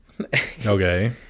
Okay